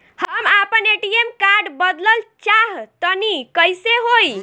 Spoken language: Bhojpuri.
हम आपन ए.टी.एम कार्ड बदलल चाह तनि कइसे होई?